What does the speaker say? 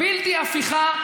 בלתי הפיכה,